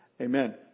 Amen